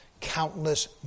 countless